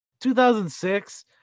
2006